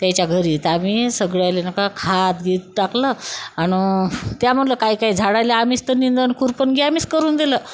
त्याच्या घरी तर आम्ही सगळ्याला नका खतबीत टाकलं आणून त्या म्हणलं काही काय झाडायला आम्हीच तर निंदन खुरपणं घे आम्हीच करून दिलं